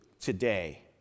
today